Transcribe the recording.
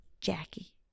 Jackie